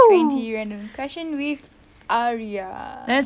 twenty random questions with aria